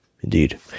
Indeed